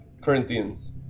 Corinthians